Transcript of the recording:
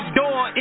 door